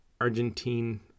Argentine